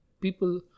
People